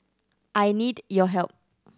I need your help